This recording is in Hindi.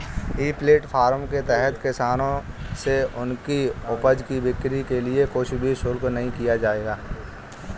ई प्लेटफॉर्म के तहत किसानों से उनकी उपज की बिक्री के लिए कुछ भी शुल्क नहीं लिया जाएगा